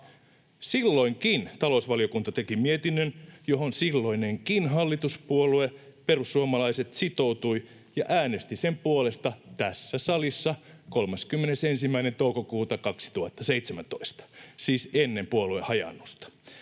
Silloinkin talousvaliokunta teki mietinnön, johon silloinenkin hallituspuolue, perussuomalaiset, sitoutui ja äänesti sen puolesta tässä salissa 31. toukokuuta 2017, siis ennen puolueen hajaannusta.